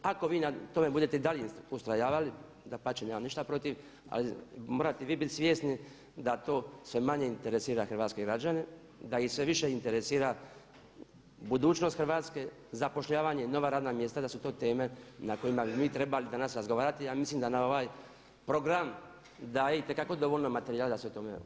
Ako vi na tome budete i dalje ustrajavali, dapače, nemam ništa protiv ali morate i vi biti svjesni da to sve manje interesira hrvatske građane, da ih sve više interesira budućnost Hrvatske, zapošljavanje i nova radna mjesta, da su to teme na kojima bi mi trebali danas razgovarati a mislim da nam ovaj program daje itekako dovoljno materijala da se o tome očitujemo.